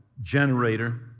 generator